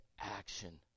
action